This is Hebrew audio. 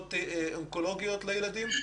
מחלקות אונקולוגיות לילדים?